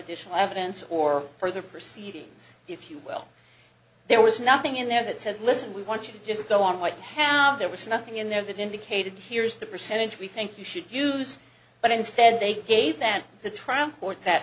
additional evidence or further proceedings if you will there was nothing in there that said listen we want you to just go on white house there was nothing in there that indicated here's the percentage we think you should use but instead they gave them the trial court that